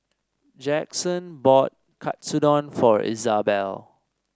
Jaxon bought Katsudon for Izabelle